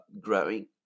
growing